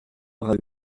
bras